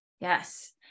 Yes